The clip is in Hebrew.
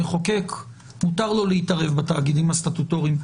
למחוקק מותר להתערב בתאגידים הסטטוטוריים.